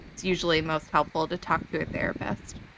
it's usually most helpful to talk to a therapist.